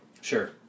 Sure